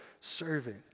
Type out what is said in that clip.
servant